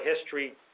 history